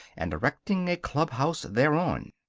and erecting a clubhouse thereon.